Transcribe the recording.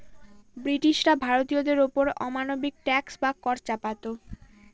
ব্রিটিশরা ভারতীয়দের ওপর অমানবিক ট্যাক্স বা কর চাপাতো